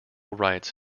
rights